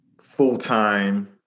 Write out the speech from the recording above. full-time